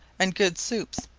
and good soups,